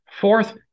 Fourth